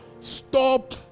stop